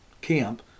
camp